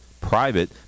private